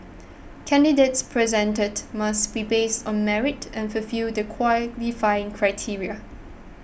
candidates presented must be based on merit and fulfil the qualifying criteria